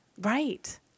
Right